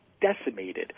decimated